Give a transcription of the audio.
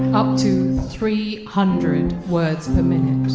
up to three hundred words per minute